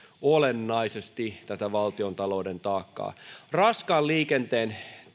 olennaisesti tätä valtiontalouden taakkaa raskaan liikenteen